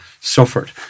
suffered